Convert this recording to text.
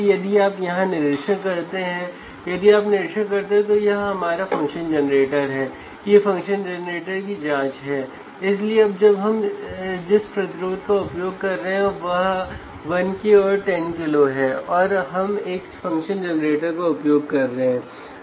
यदि आप घुंडी को बदलते हैं तो प्रतिरोध की वैल्यु बदल जाती है